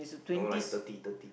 no lah eh thirty thirty